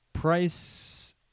Price